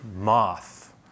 moth